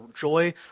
Joy